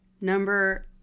Number